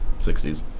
60s